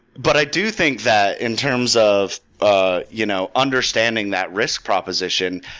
but i do think that in terms of ah you know understanding that risk proposition,